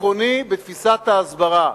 המדינה צריכה לעשות שינוי עקרוני בתפיסת ההסברה,